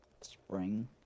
spring